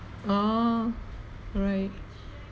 oh right